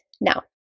now